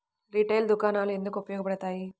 Retail దుకాణాలు ఎందుకు ఉపయోగ పడతాయి?